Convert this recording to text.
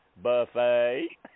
buffet